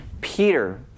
Peter